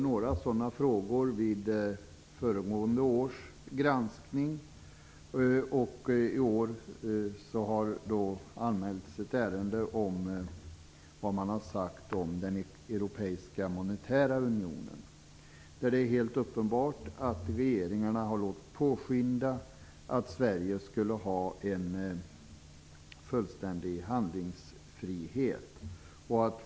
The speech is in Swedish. Några sådana frågor har varit uppe vid föregående års granskning. I år har anmälts ett ärende om vad man har sagt om den europeiska monetära unionen. Det är helt uppenbart att regeringarna har låtit påskina att Sverige skulle ha en fullständig handlingsfrihet.